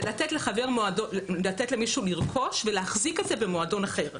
זה לתת למישהו לרכוש ולהחזיק את זה במועדון אחר.